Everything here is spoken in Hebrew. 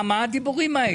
מה הדיבורים האלה?